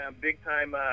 big-time